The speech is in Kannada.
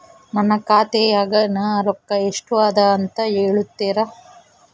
ನನ್ನ ಖಾತೆಯಾಗಿನ ರೊಕ್ಕ ಎಷ್ಟು ಅದಾ ಅಂತಾ ಹೇಳುತ್ತೇರಾ?